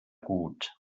gut